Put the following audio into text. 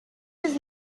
his